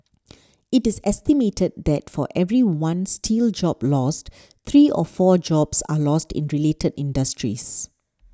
it is estimated that for every one steel job lost three or four jobs are lost in related industries